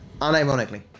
Unironically